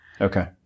Okay